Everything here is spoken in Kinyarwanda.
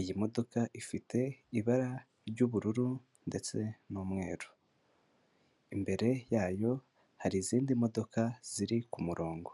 iyi modoka ifite ibara ry'ubururu ndetse n'umweru, imbere yayo hari izindi modoka, ziri kumurongo.